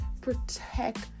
Protect